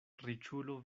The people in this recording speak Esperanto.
riĉulo